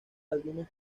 algunos